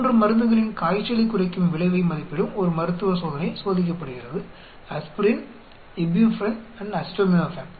3 மருந்துகளின் காய்ச்சலைக் குறைக்கும் விளைவை மதிப்பிடும் ஒரு மருத்துவ சோதனை சோதிக்கப்படுகிறது ஆஸ்பிரின் இப்யூபுரூஃபன் மற்றும் அசிடமினோபன்